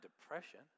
depression